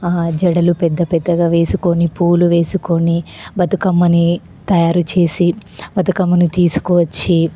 జడలు పెద్ద పెద్దగా వేసుకుని పూలు వేసుకుని బతుకమ్మని తయారు చేసి బతుకమ్మను తీసుకువచ్చి